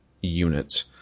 units